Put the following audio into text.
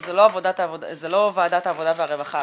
שזה לא ועדת העבודה והרווחה,